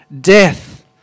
death